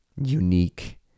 unique